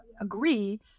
agree